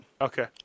Okay